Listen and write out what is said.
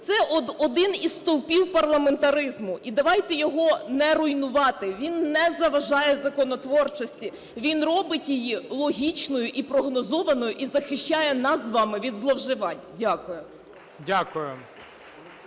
це один із стовпів парламентаризму і давайте його не руйнувати, він не заважає законотворчості, він робить її логічною і прогнозованою, і захищає нас з вами від зловживань. Дякую.